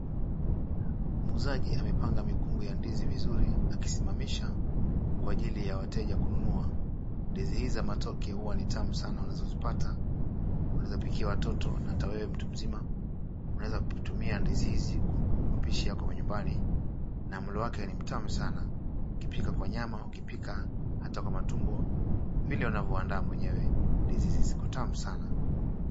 Muuzaji amepanga mikungu ya ndizi vizuri akisimamisha kwa ajili ya wateja kununua. Ndizi hizi za matoke huwa ni tamu sana unapozipata. Unaweza pikia watoto na hata wewe mtu mzima unaweza tumia ndizi hizi kwa mapishi yako ya nyumbani na mlo wake ni mtamu sana ukipika kwa nyama hata kwa matumbo vile unavyoandaa mwenyewe. Ndizi hizi ziko tamu sana.